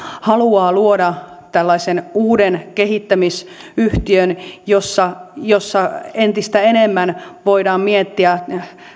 haluaa luoda tällaisen uuden kehittämisyhtiön jossa jossa entistä enemmän voidaan miettiä